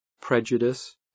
prejudice